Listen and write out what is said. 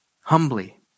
Humbly